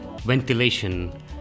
ventilation